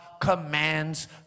commands